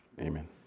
amen